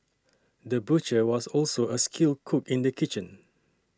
the butcher was also a skilled cook in the kitchen